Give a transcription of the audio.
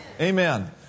amen